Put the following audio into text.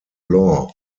law